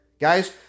guys